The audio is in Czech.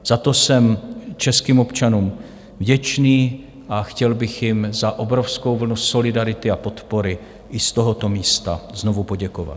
Za to jsem českým občanům vděčný a chtěl bych jim za obrovskou vlnu solidarity a podpory i z tohoto místa znovu poděkovat.